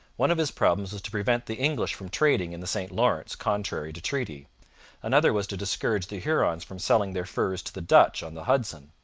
one of his problems was to prevent the english from trading in the st lawrence contrary to treaty another was to discourage the hurons from selling their furs to the dutch on the hudson.